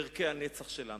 בערכי הנצח שלנו.